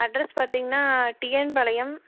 address பார்த்தீங்கன்னா TN பாளையம்